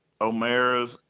Omera's